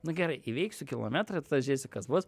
nu gerai įveiksiu kilometrą ir tada žiūrėsiu kas bus